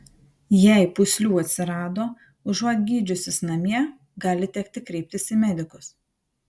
jei pūslių atsirado užuot gydžiusis namie gali tekti kreiptis į medikus